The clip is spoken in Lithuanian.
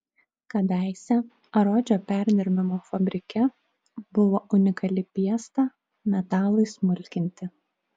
kadaise rodžio perdirbimo fabrike buvo unikali piesta metalui smulkinti